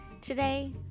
today